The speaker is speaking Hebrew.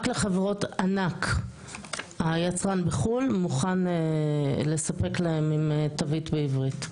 רק לחברות ענק היצרן בחו"ל מוכן לספק להם עם תווית בעברית.